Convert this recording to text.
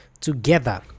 together